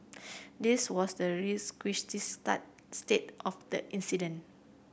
this was the requisite start state of the incident